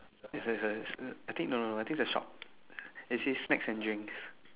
it's like a I think no no I think it's a shop that says snacks and drinks